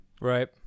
Right